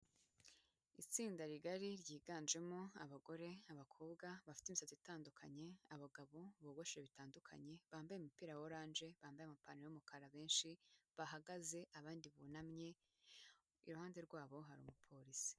Itsinda rigari ryiganjemo abagore, abakobwa bafite imisatsi itandukanye, abagabo bogoshe bitandukanye, bambaye imipira ya oranje, bambaye amapantaro y'umukara benshi, bahagaze abandi bunamye, iruhande rwabo hari umuporisi.